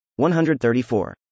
134